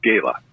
gala